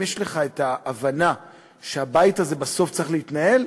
אם יש לך את ההבנה שהבית הזה בסוף צריך להתנהל,